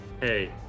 Hey